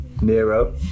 Nero